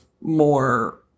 more